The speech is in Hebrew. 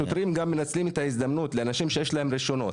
שוטרים גם מנצלים את ההזדמנות עם אנשים שיש להם רישיונות.